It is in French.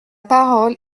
parole